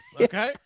okay